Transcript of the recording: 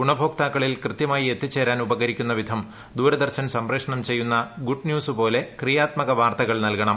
ഗുണഭോക്താക്കളിൽ കൃത്യമായി എത്തിച്ചേരാൻ ഉപകരിക്കുന്ന വിധം ദൂരദർശൻ സംപ്രേക്ഷണം ചെയ്യുന്ന ഗുഡ്ന്യൂസ് പോലെ ക്രിയാത്മത വാർത്തകൾ നൽകണം